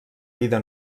vida